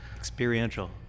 Experiential